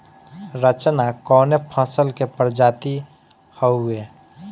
रचना कवने फसल के प्रजाति हयुए?